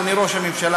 אדוני ראש הממשלה,